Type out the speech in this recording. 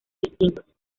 distintos